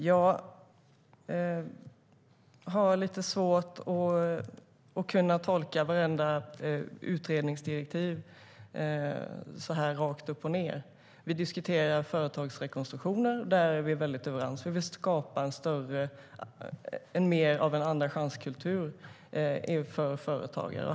Herr talman! Det är lite svårt att tolka vartenda utredningsdirektiv så här rakt upp och ned. Vi diskuterar företagsrekonstruktioner, och där är vi överens om att vi vill skapa mer av en andra-chans-kultur för företagare.